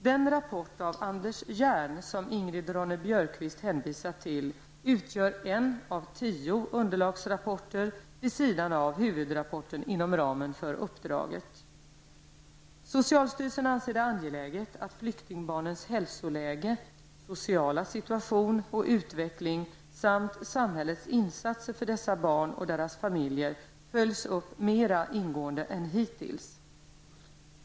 Den rapport av Anders Hjern, som Ingrid Ronne-Björkqvist hänvisar till, utgör en av tio underlagsrapporter vid sidan av huvudrapporten inom ramen för uppdraget. Socialstyrelsen anser det angeläget att flyktingbarnens hälsoläge, sociala situation och utveckling samt samhällets insatser för dessa barn och deras familjer följs upp mera ingående än hittills.